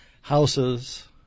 houses